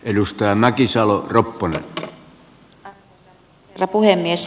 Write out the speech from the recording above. arvoisa herra puhemies